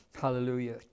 Hallelujah